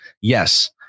Yes